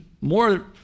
more